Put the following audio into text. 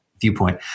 viewpoint